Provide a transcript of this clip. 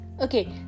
Okay